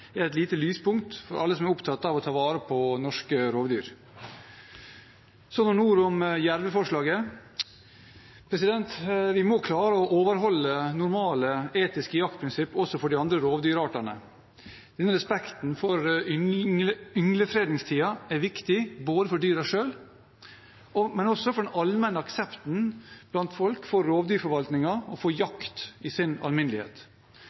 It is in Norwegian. er et lite lyspunkt for alle som er opptatt av å ta vare på norske rovdyr. Noen ord om jerveforslaget: Vi må klare å overholde normale, etiske jaktprinsipper også for de andre rovdyrartene. Respekten for ynglefredningstiden er viktig både for dyrene selv og for den allmenne aksepten blant folk for rovdyrforvaltningen og jakt i sin alminnelighet.